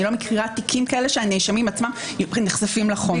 אני לא מכירה תיקים כאלה שהנאשמים עצמם נחשפים לחומר,